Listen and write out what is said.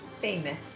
Famous